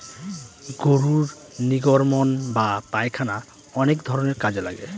গরুর নির্গমন বা পায়খানা অনেক ধরনের কাজে লাগে